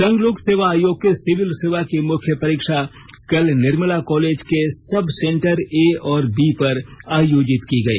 संघ लोक सेवा आयोग की सिविल सेवा की मुख्य परीक्षा कल निर्मला कालेज के सब सेंटर ए और बी पर आयोजित की गई